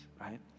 right